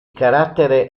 carattere